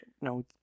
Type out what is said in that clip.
No